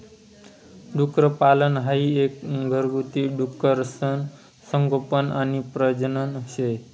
डुक्करपालन हाई एक घरगुती डुकरसनं संगोपन आणि प्रजनन शे